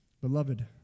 Beloved